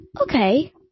Okay